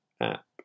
app